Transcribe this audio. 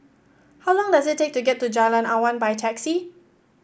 how long does it take to get to Jalan Awan by taxi